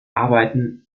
arbeiten